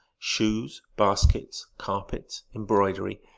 shoes, baskets, carpets, embroidery,